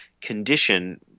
condition